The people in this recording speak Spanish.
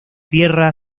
tierra